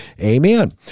amen